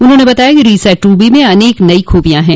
उन्होंने बताया कि रिसैट टूबी में अनेक नइ खूबियां हैं